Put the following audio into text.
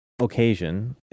occasion